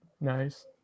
nice